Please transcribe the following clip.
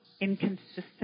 inconsistent